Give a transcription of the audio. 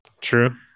true